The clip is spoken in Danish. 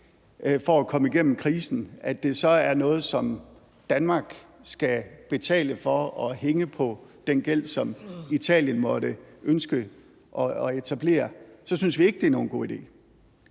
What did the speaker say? for at komme igennem krisen, at det så er noget, som Danmark skal betale for, og at vi skal hænge på den gæld, som Italien måtte ønske at etablere, så synes vi ikke, det er nogen god idé.